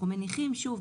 אנחנו מניחים שוב,